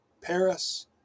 Paris